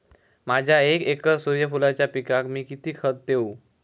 माझ्या एक एकर सूर्यफुलाच्या पिकाक मी किती खत देवू?